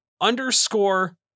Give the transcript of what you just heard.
underscore